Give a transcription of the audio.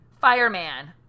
fireman